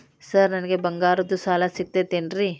Sir ನನಗೆ ಬಂಗಾರದ್ದು ಸಾಲ ಸಿಗುತ್ತೇನ್ರೇ?